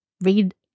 read